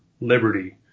liberty